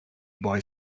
boy